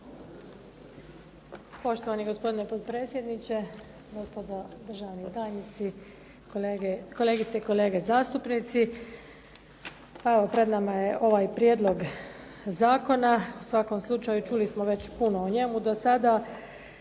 Poštovani gospodine potpredsjedniče, gospodo državni tajnici, kolegice i kolege zastupnici. Pa evo pred nama je ovaj prijedlog zakona u svakom slučaju čuli smo već puno o njemu do sada.